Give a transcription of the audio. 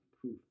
proof